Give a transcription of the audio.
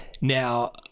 Now